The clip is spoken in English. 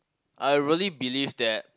I really believe that